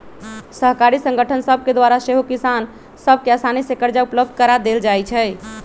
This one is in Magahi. सहकारी संगठन सभके द्वारा सेहो किसान सभ के असानी से करजा उपलब्ध करा देल जाइ छइ